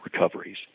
recoveries